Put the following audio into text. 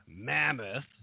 mammoth